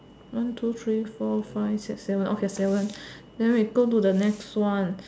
one two three four five six seven okay seven then we go to the next one